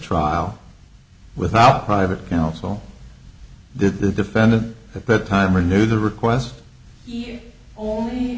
trial without private counsel did the defendant at that time renew the request